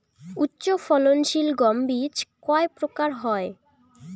উচ্চ ফলন সিল গম বীজ কয় প্রকার হয়?